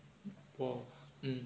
!wow! mm